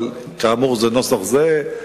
אבל כאמור זה נוסח זהה.